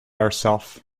herself